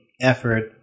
effort